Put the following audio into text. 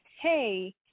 hey